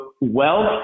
wealth